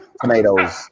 tomatoes